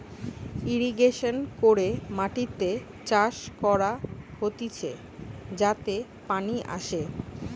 irrigation করে মাটিতে চাষ করা হতিছে যাতে পানি আসে